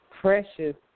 precious